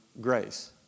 grace